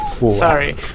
Sorry